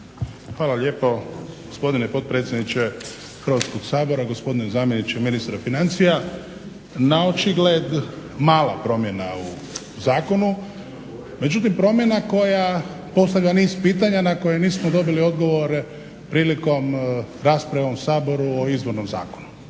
Hvala lijepo. Gospodine potpredsjedniče Hrvatskoga sabora, gospodine zamjeniče ministra financija. Naočigled mala promjena u zakonu, međutim promjena koja postavlja niz pitanja na koje nismo dobili odgovore prilikom rasprave u ovom Saboru o izvornom zakonu.